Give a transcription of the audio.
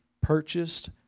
purchased